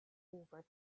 over